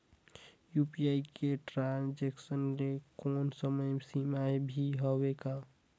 UPI के transaction ले कोई समय सीमा भी हवे का?